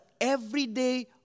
everyday